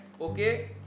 okay